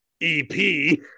ep